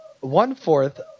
One-fourth